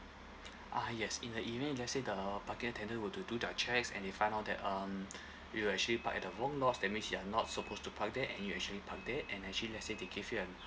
ah yes in the event let's say the parking attendant were to do the checks and if find out that um you actually park at the wrong lots that means you're not supposed to park there and you actually park there and actually let say they give you um